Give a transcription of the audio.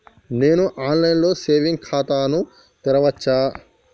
నేను online లో saving ఖాతా ను తెరవచ్చా?